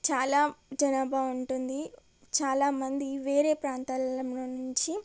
చాలా జనాభా ఉంటుంది చాలా మంది వేరే ప్రాంతాల నుంచి